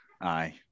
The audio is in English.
Aye